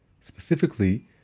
specifically